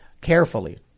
carefully